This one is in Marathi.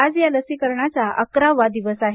आज या लसीकरणाचा अकरावा दिवस आहे